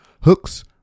hooks